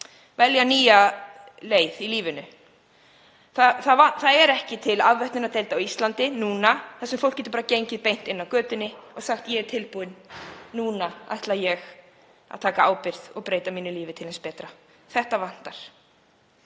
velja nýja leið í lífinu. Það er ekki til afvötnunardeild á Íslandi núna þar sem fólk getur bara gengið beint inn af götunni og sagt: Ég er tilbúinn. Núna ætla ég að taka ábyrgð og breyta lífi mínu til hins betra. Þetta vantar.